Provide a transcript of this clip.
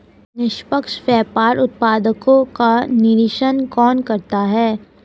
निष्पक्ष व्यापार उत्पादकों का निरीक्षण कौन करता है?